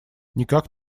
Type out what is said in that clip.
никак